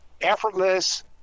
effortless